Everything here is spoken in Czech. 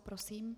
Prosím.